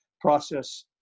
process